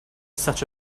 such